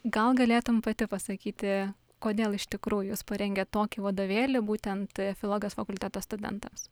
gal galėtum pati pasakyti kodėl iš tikrųjų jūs parengėt tokį vadovėlį būtent filologijos fakulteto studentams